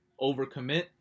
overcommit